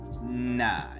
Nah